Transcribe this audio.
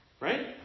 Right